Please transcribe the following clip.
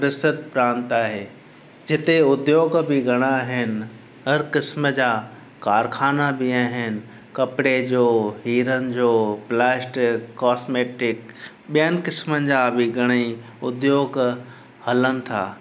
प्रसिद्ध प्रांत आहे जिते उद्योग बि घणा आहिनि हर क़िस्म जा कारख़ाना बि आहिनि कपिड़े जो हीरनि जो प्लास्टिक कॉस्मेटिक ॿियनि क़िस्मनि जा बि घणेई उद्योग हलनि था